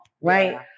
right